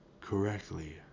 correctly